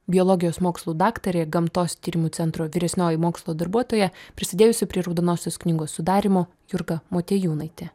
biologijos mokslų daktarė gamtos tyrimų centro vyresnioji mokslo darbuotoja prisidėjusi prie raudonosios knygos sudarymo jurga motiejūnaitė